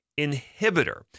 inhibitor